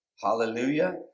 Hallelujah